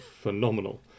phenomenal